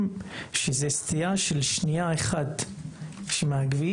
סטייה של שנייה אחת מהכביש,